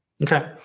Okay